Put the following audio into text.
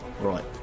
right